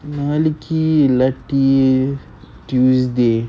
நாளைக்கி இல்லாட்டி:nalaikki illatti tuesday